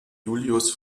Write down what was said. julius